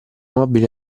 mobili